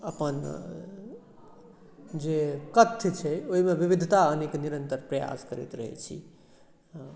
अपन जे कथ्य छै ओहिमे विविधता आनयके निरन्तर प्रयास करैत रहैत छी